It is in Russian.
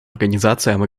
организациям